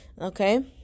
Okay